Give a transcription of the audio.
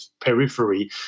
periphery